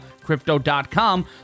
Crypto.com